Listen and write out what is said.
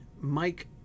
Mike